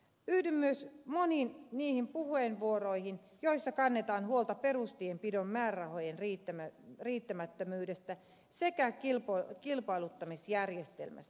yhdyn myös moniin niihin puheenvuoroihin joissa kannetaan huolta perustienpidon määrärahojen riittämättömyydestä sekä kilpailuttamisjärjestelmästä